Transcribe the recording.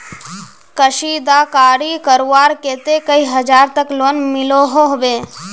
कशीदाकारी करवार केते कई हजार तक लोन मिलोहो होबे?